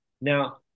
Now